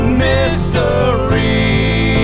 mystery